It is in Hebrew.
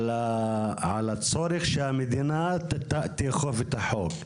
על הצורך שהמדינה תאכוף את החוק.